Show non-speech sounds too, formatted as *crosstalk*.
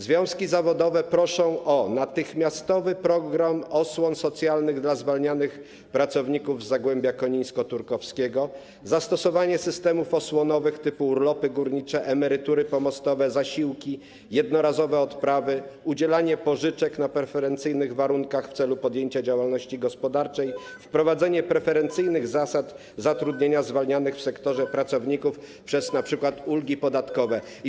Związki zawodowe proszą o natychmiastowy program osłon socjalnych dla zwalnianych pracowników z zagłębia konińsko-turkowskiego, zastosowanie systemów osłonowych typu urlopy górnicze, emerytury pomostowe, zasiłki, jednorazowe odprawy, udzielanie pożyczek na preferencyjnych warunkach w celu podjęcia działalności gospodarczej, *noise* wprowadzenie preferencyjnych zasad zatrudnienia zwalnianych w sektorze pracowników przez zastosowanie np. ulg podatkowych.